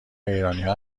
ایرانیها